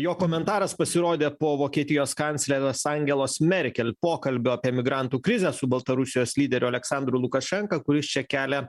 jo komentaras pasirodė po vokietijos kanclerės angelos merkel pokalbio apie migrantų krizę su baltarusijos lyderiu aleksandru lukašenka kuris čia kelia